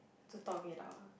to talk it out